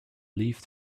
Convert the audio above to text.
leafed